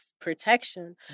protection